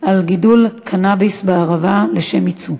גידול קנאביס בערבה לשם ייצוא.